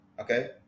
okay